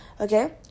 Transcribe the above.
okay